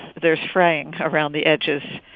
there's fraying around the edges.